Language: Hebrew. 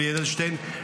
יולי אדלשטיין,